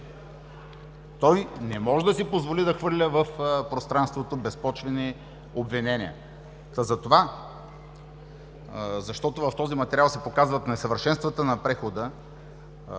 Той не може да си позволи да хвърля в пространството безпочвени обвинения. Затова, защото в този материал се показват несъвършенствата на прехода